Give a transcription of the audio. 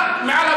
על זה, מאיר.